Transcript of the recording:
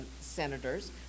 senators